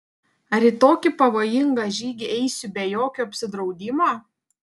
ar į tokį pavojingą žygį eisiu be jokio apsidraudimo